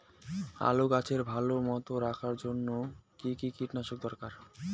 আলুর গাছ ভালো মতো রাখার জন্য কী কী কীটনাশক দরকার?